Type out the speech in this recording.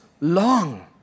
long